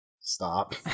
Stop